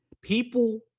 People